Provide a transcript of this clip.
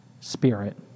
spirit